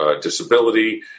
disability